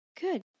Good